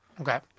Okay